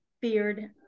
feared